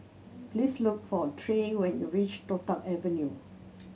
please look for Trey when you reach Toh Tuck Avenue